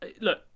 look